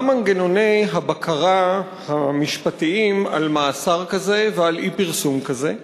מה הם מנגנוני הבקרה המשפטיים על מאסר כזה ועל אי-פרסום כזה?